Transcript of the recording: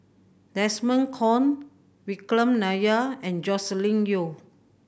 Desmond Kon Vikram Nair and Joscelin Yeo